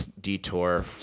detour